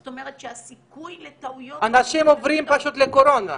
זאת אומרת שהסיכוי לטעויות --- אנשים עוברים פשוט לקורונה.